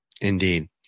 Indeed